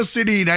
City